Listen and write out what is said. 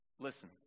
Listen